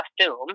assume